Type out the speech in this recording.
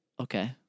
Okay